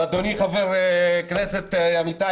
ואדוני חבר הכנסת עמית,